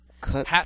Cut